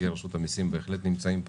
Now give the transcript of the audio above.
נציגי רשות המיסים בהחלט נמצאים פה,